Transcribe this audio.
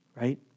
Right